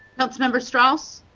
councilmember strauss.